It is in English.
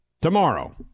Tomorrow